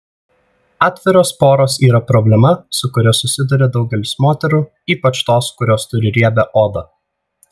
atviros poros yra problema su kuria susiduria daugelis moterų ypač tos kurios turi riebią odą